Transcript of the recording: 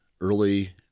early